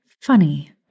Funny